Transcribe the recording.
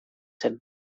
zen